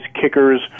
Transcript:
kickers